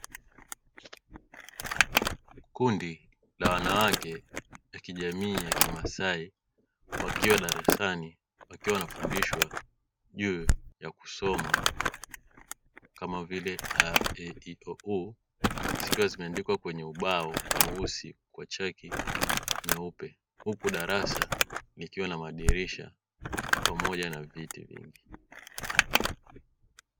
Kundi la wanawake wa kijamii ya kimasai wakiwa darasani wakiwa wanafundishwa juu ya kusoma kama vile "a,e,i,o,u" zikiwa zimeandikwa kwenye ubao mweusi kwa chaki nyeupe huku darasa likiwa na madirisha pamoja na viti vingi.